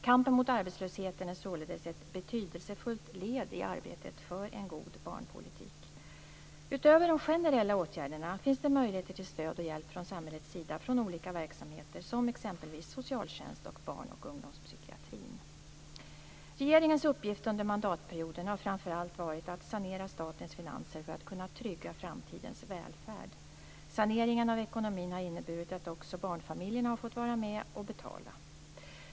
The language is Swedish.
Kampen mot arbetslösheten är således ett betydelsefullt led i arbetet för en god barnpolitik. Utöver de generella åtgärderna finns det möjligheter till stöd och hjälp från samhällets sida från olika verksamheter som exempelvis socialtjänst och barn och ungdomspsykiatrin. Regeringens uppgift under mandatperioden har framför allt varit att sanera statens finanser för att kunna trygga framtidens välfärd. Saneringen av ekonomin har inneburit att också barnfamiljerna har fått vara med och betala.